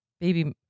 Baby